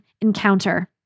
encounter